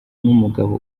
n’umugabo